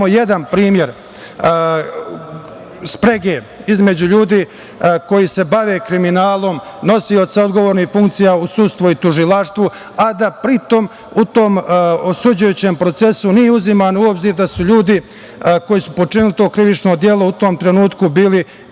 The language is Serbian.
jedan primer sprege između ljudi koji se bave kriminalom nosioca odgovornih funkcija u sudstvu i tužilaštvu, a da pri tome u tom osuđujućem procesu nije uzimano u obzir da su ljudi koji su počinili to krivično delo u tom trenutku bili